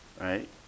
Right